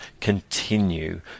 continue